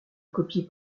copié